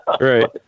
Right